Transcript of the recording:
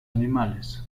animales